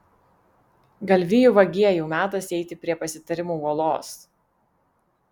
galvijų vagie jau metas eiti prie pasitarimų uolos